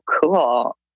cool